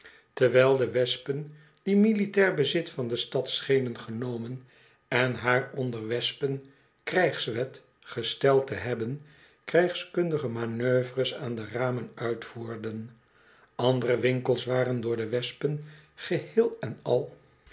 terwijl de wespen die militair bezit van de stad schenen genomen en haar onder wespen krijgswet gesteld te hebben krijgskundige manoeuvres aan de ramen uitvoerden andere winkels waren door de wespen geheel en al